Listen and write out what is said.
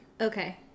okay